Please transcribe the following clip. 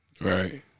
Right